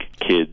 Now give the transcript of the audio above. Kids